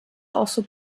also